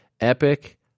epic